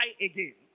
again